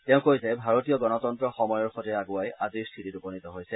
তেওঁ কয় যে ভাৰতীয় গণতন্ন সময়ৰ সৈতে আগুৱাই আজিৰ স্থিতিত উপনীত হৈছে